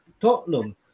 Tottenham